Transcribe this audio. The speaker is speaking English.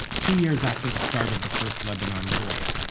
two years after the start of the first lebanon war,